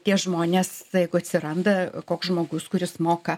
tie žmonės jeigu atsiranda koks žmogus kuris moka